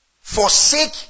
forsake